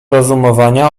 rozumowania